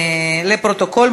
לפרוטוקול.